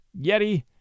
Yeti